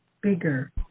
bigger